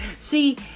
See